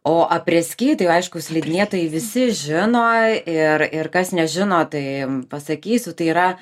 o apreski tai aišku slidinėtojai visi žino ir ir kas nežino tai pasakysiu tai yra